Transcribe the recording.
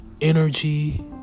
energy